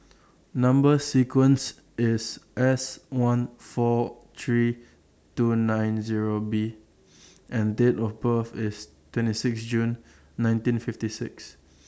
Number sequence IS S one four three two nine Zero B and Date of birth IS twenty six June nineteen fifty six